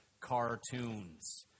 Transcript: cartoons